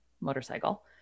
motorcycle